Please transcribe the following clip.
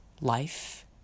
Life